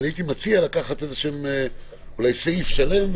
הייתי מציע לקחת סעיף שלם,